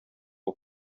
ubu